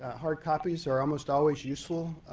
hard copies are almost always useful,